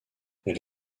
elle